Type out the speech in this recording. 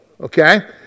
okay